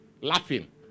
laughing